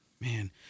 man